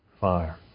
fire